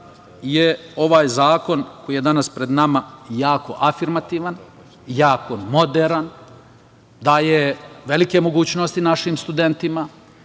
je ovaj zakon koji je danas pred nama jako afirmativan, jako moderan, daje velike mogućnosti našim studentima